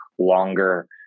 Longer